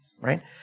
right